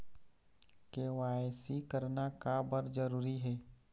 KYC करना का बर जरूरी हे?